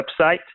website